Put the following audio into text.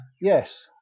Yes